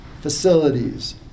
facilities